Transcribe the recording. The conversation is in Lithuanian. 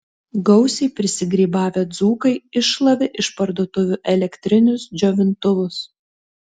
gausiai prisigrybavę dzūkai iššlavė iš parduotuvių elektrinius džiovintuvus